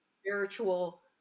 spiritual